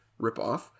ripoff